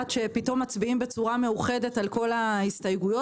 שפתאום מצביעים בצורה מאוחדת על כל ההסתייגויות,